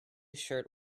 shirt